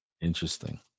interesting